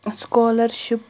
ٲں سکالَرشِپ